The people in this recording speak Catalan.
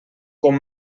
com